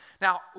now